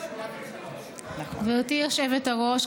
גברתי היושבת-ראש,